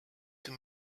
two